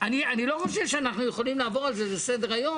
אני לא חושב שאנחנו יכולים לעבור על זה לסדר-היום.